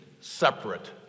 separate